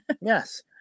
Yes